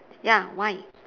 ya why